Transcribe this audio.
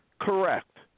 correct